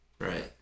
Right